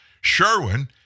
Sherwin